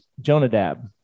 Jonadab